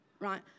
Right